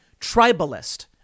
tribalist